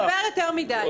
מדבר יותר מדי.